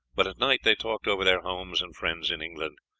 but at night they talked over their homes and friends in england,